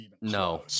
No